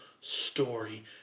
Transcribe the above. story